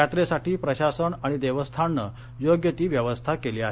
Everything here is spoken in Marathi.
यात्रेसाठी प्रशासन आणि देवस्थानानं योग्य ती व्यवस्था केली आहे